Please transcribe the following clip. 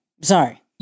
sorry